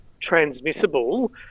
transmissible